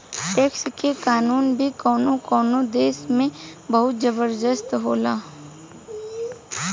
tax के कानून भी कवनो कवनो देश में बहुत जबरदस्त होला